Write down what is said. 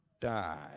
die